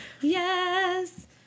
Yes